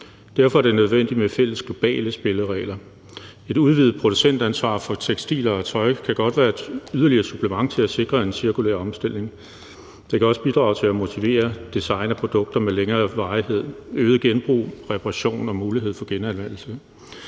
derfor er det nødvendigt med fælles globale spilleregler. Et udvidet producentansvar for tekstil- og tøjproducenter kan godt være et yderligere supplement til at sikre en cirkulær omstilling. Det kan også bidrage til at motivere design af produkter med en længere holdbarhed, øget genbrug, reparation og mulighed for genanvendelse.